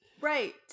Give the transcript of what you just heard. Right